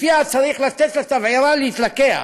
שלפיה צריך לתת לתבערה להתלקח